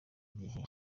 gihe